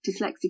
dyslexic